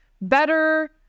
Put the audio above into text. better